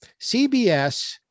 CBS